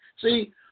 See